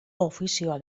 ofizioa